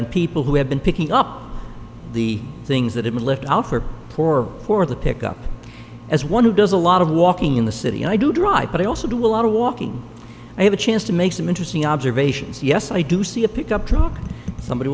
and people who have been picking up the things that have been left out for poorer for the pick up as one who does a lot of walking in the city i do drive but i also do a lot of walking i have a chance to make some interesting observations yes i do see a pickup truck somebody